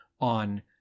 on